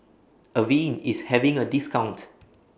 Avene IS having A discount